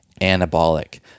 anabolic